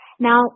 Now